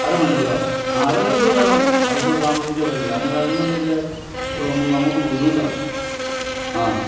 അര മണിക്കൂറോ ആ അരമണിക്കൂറിൽ വരണം അതിൽ കൂടുതൽ താമസിക്കാൻ പറ്റില്ല അങ്ങനെ അല്ലെന്നുണ്ടെങ്കിൽ നമുക്ക് ബുദ്ധിമുട്ടാവും ആ